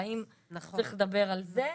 צריך לדבר על זה.